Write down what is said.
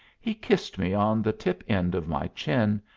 he kissed me on the tip end of my chin,